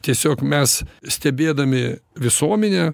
tiesiog mes stebėdami visuomenę